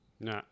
No